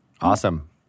Awesome